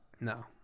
No